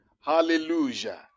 Hallelujah